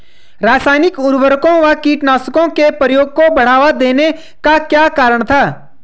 रासायनिक उर्वरकों व कीटनाशकों के प्रयोग को बढ़ावा देने का क्या कारण था?